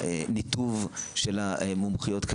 ובניתוב של המומחיות.